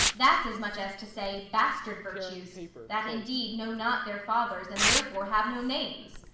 that's as much as to say bastard virtues that indeed know not their fathers, and therefore have no names.